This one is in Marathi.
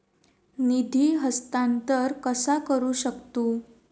निधी हस्तांतर कसा करू शकतू?